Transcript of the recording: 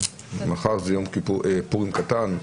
מחר זה יום פורים קטן.